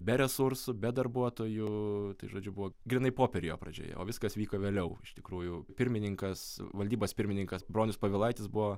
be resursų be darbuotojų tai žodžiu buvo grynai popieriuje pradžioje o viskas vyko vėliau iš tikrųjų pirmininkas valdybos pirmininkas bronius povilaitis buvo